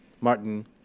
Martin